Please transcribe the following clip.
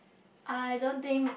I don't think